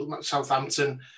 Southampton